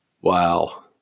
Wow